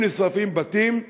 אם נשרפים בתים,